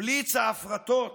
בליץ ההפרטות